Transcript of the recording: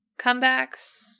comebacks